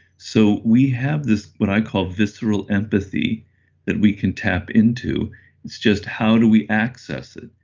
so we have this what i call visceral empathy that we can tap into it's just how do we access it?